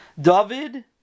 David